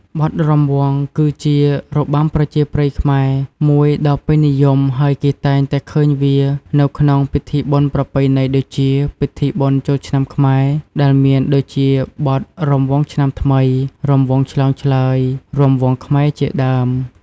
បទរាំវង់ គឺជា របាំប្រជាប្រិយខ្មែរ មួយដ៏ពេញនិយម ហើយគេតែងតែឃើញវានៅក្នុងពិធីបុណ្យប្រពៃណីដូចជា ពិធីបុណ្យចូលឆ្នាំខ្មែរ ដែលមានដូចជាបទ រាំវង់ឆ្នាំថ្មី រាំវង់ឆ្លងឆ្លើយ រាំវង់ខ្មែរ ជាដើម។